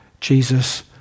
Jesus